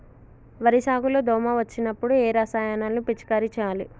వరి సాగు లో దోమ వచ్చినప్పుడు ఏ రసాయనాలు పిచికారీ చేయాలి?